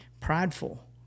Prideful